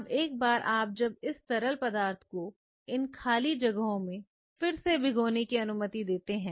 अब एक बार आप जब इस तरह पदार्थ को इन खाली जगहों में फिर से भिगोने की अनुमति देते हैं